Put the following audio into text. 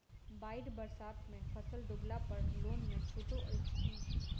बाढ़ि बरसातमे फसल डुबला पर लोनमे छुटो अछि की